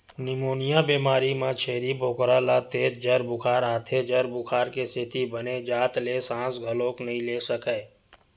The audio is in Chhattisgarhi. निमोनिया बेमारी म छेरी बोकरा ल तेज जर बुखार आथे, जर बुखार के सेती बने जात ले सांस घलोक नइ ले सकय